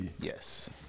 Yes